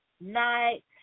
night